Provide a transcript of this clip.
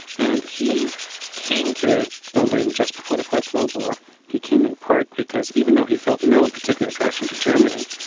and he came to berlin just before the first world war he came in part because, even though he felt no particular attraction to germany,